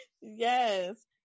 Yes